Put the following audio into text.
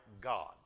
God